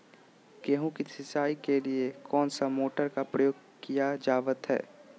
गेहूं के सिंचाई के लिए कौन सा मोटर का प्रयोग किया जावत है?